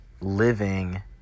living